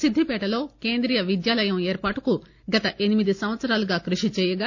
సిద్ధిపేటలో కేంద్రీయ విద్యాలయం ఏర్పాటుకు గత ఎనిమిది సంవత్సారాలుగా కృషిచేయగా